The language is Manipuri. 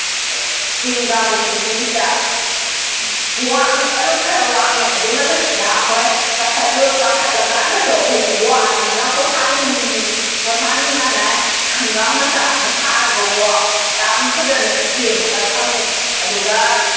ꯆꯤꯡ ꯀꯥꯕꯁꯤ ꯁꯤꯗꯩꯁꯤꯗ ꯑꯗꯨꯝ ꯈꯔ ꯋꯥꯡꯉꯦ ꯑꯗꯨ ꯃꯊꯛꯁꯤꯗ ꯑꯩꯈꯣꯏ ꯀꯥꯈꯠꯂꯀꯥꯟꯗꯁꯨ ꯑꯩꯈꯣꯏꯁꯨ ꯋꯥꯔꯝꯅꯤꯅ ꯄꯣꯊꯥꯅꯉꯥꯏ ꯁꯪ ꯃꯆꯥ ꯑꯃ ꯁꯥꯔꯒꯀꯣ ꯌꯥꯝ ꯐꯖꯅ ꯁꯦꯝꯃꯒ ꯊꯝꯃꯦ ꯑꯗꯨꯒ